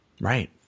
Right